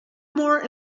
more